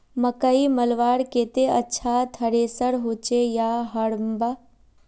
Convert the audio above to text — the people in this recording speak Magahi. मकई मलवार केते अच्छा थरेसर होचे या हरम्बा?